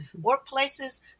workplaces